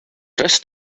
rest